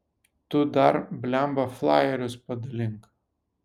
tu dar blemba flajerius padalink